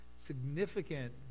significant